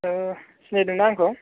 नोङो सिनायदों ना आंखौ